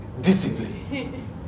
Discipline